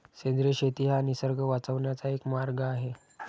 सेंद्रिय शेती हा निसर्ग वाचवण्याचा एक मार्ग आहे